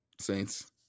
Saints